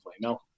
No